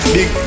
Big